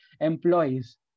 employees